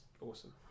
awesome